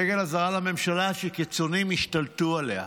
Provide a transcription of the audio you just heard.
דגל אזהרה לממשלה שקיצוניים השתלטו עליה.